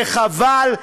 זה חבל,